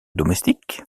domestique